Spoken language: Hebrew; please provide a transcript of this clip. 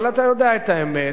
אבל אתה יודע את האמת,